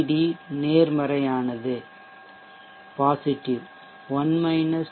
D நேர்மறையானது TS ன் போது வி